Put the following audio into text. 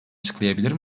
açıklayabilir